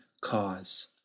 cause